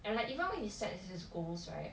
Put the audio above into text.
and like even though he sets his goals right